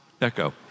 echo